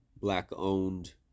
black-owned